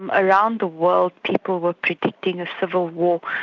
and around the world people were predicting a civil war,